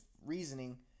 Reasoning